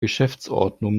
geschäftsordnung